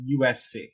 USC